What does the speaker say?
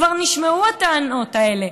כבר נשמעו הטענות האלה,